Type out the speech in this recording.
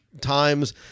times